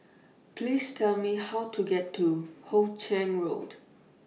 Please Tell Me How to get to Hoe Chiang Road